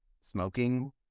smoking